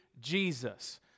Jesus